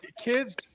Kids